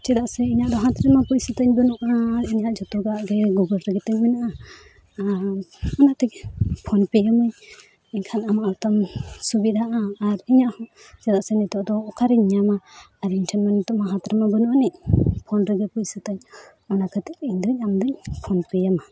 ᱪᱮᱫᱟᱜ ᱥᱮ ᱤᱧᱟᱹᱜ ᱫᱚ ᱦᱟᱛ ᱨᱮᱢᱟ ᱯᱚᱭᱥᱟ ᱛᱤᱧ ᱵᱟᱹᱱᱩᱜᱼᱟ ᱤᱧᱟᱹᱜ ᱡᱷᱚᱛᱚ ᱠᱚᱣᱟᱜ ᱜᱮ ᱜᱩᱜᱳᱞ ᱨᱮᱜᱮ ᱛᱤᱧ ᱢᱮᱱᱟᱜᱼᱟ ᱟᱨ ᱚᱱᱟᱛᱮᱜᱮ ᱯᱷᱳᱱ ᱯᱮᱭᱟᱢᱟᱹᱧ ᱮᱱᱠᱷᱟᱱ ᱟᱢᱟᱜ ᱦᱚᱛᱟᱢ ᱥᱩᱵᱤᱫᱷᱟᱜᱼᱟ ᱟᱨ ᱤᱧᱟᱹᱜ ᱦᱚᱸ ᱪᱮᱫᱟᱜ ᱥᱮ ᱱᱤᱛᱚᱜ ᱫᱚ ᱚᱠᱟᱨᱮᱧ ᱧᱟᱢᱟ ᱟᱨ ᱤᱧᱴᱷᱮᱱ ᱢᱟ ᱱᱤᱛᱚᱜ ᱢᱟ ᱦᱟᱛ ᱨᱮᱢᱟ ᱵᱟᱹᱱᱩᱜ ᱟᱱᱤᱡ ᱯᱷᱳᱱ ᱨᱮᱜᱮ ᱯᱚᱭᱥᱟ ᱛᱤᱧ ᱚᱱᱟ ᱠᱷᱟᱹᱛᱤᱨ ᱤᱧᱫᱚᱧ ᱟᱢᱫᱩᱧ ᱯᱷᱳᱱ ᱯᱮᱭᱟᱢᱟ